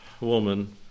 woman